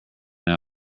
else